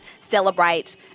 celebrate